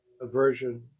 aversion